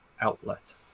outlet